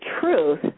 truth